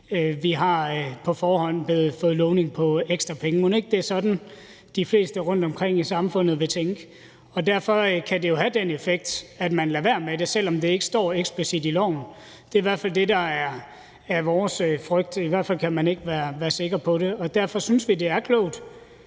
vi har på forhånd fået lovning på ekstra penge. Mon ikke det er sådan, de fleste rundtomkring i samfundet vil tænke? Derfor kan det jo have den effekt, at man lader være med det, selv om det ikke står eksplicit i loven. Det er i hvert fald det, der er vores frygt. I hvert fald kan man ikke være sikker på det. Derfor synes vi, det er klogt,